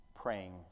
praying